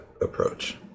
approach